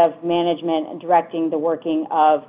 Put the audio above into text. of management and directing the working of